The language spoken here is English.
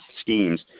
schemes